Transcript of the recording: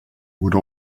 would